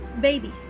babies